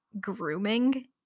grooming